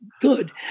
good